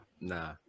Nah